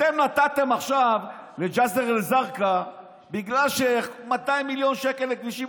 אתם נתתם עכשיו לג'יסר א-זרקא 200 מיליון שקל לכבישים.